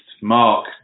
Mark